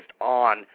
on